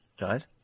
Right